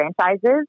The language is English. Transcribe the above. franchises